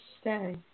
stay